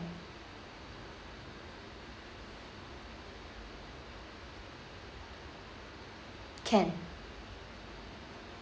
can